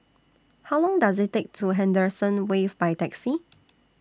How Long Does IT Take to get to Henderson Wave By Taxi